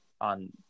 on